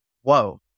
whoa